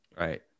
right